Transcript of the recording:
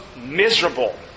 miserable